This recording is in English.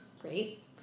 Great